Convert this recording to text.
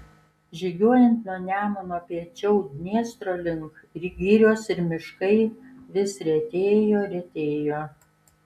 žygiuojant nuo nemuno piečiau dniestro link girios ir miškai vis retėjo retėjo